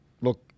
Look